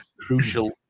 crucial